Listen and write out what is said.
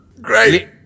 Great